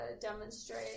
demonstrate